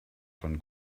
von